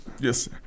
Yes